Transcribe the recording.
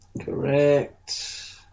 correct